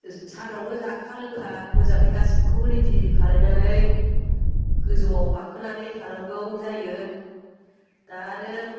सानावनो जाखा लोंखा मोजाङै गासैखौबो रेडि खालामनानै गोजौआव गाखोनानै थानांगौ जायो दा आरो